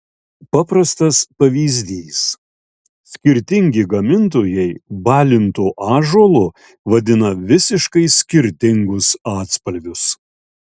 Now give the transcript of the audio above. paprastas pavyzdys skirtingi gamintojai balintu ąžuolu vadina visiškai skirtingus atspalvius